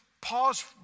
pause